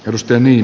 rustemi